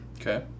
Okay